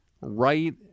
right